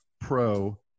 Pro